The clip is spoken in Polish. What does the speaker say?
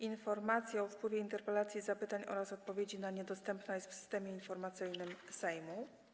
Informacja o wpływie interpelacji, zapytań oraz odpowiedzi na nie dostępna jest w Systemie Informacyjnym Sejmu.